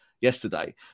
yesterday